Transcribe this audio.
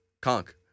Conk